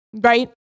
right